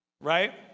right